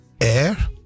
air